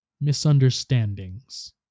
misunderstandings